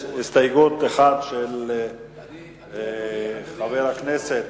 יש הסתייגות אחת של חבר הכנסת